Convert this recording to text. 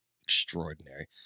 extraordinary